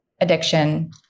addiction